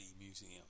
Museum